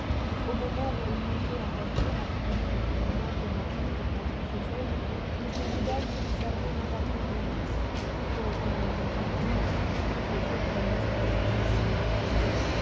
au moment où elle montait en voiture accompagnée de son aimable mari pour rentrer chez elle m woodhouse observait invariablement pauvre mlle taylor je suis sûr qu'elle resterait bien volontiers